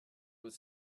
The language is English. with